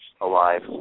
alive